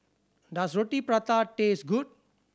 does Roti Prata taste good